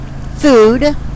food